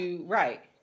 right